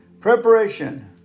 Preparation